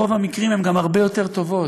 ברוב המקרים הן גם הרבה יותר טובות.